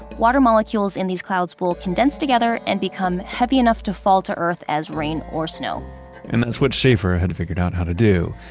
water molecules in these clouds will condense together and become heavy enough to fall to earth as rain or snow and that's what schaefer had to figure out how to do.